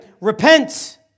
Repent